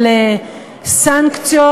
של סנקציות,